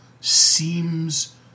seems